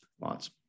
lots